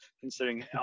considering